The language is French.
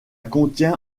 contient